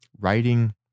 Writing